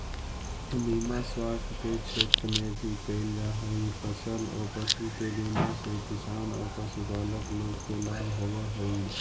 बीमा स्वास्थ्य के क्षेत्र में भी कैल जा हई, फसल औ पशु के बीमा से किसान औ पशुपालक लोग के लाभ होवऽ हई